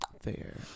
Fair